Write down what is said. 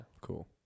Cool